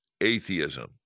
atheism